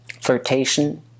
flirtation